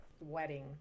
wedding